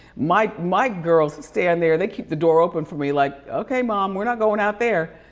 my my girls stay in there. they keep the door open for me, like okay mom we're not going out there.